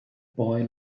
boy